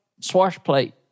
swashplate